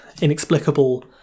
inexplicable